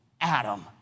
Adam